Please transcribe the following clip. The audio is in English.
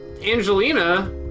Angelina